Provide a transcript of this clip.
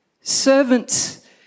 Servants